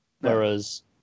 Whereas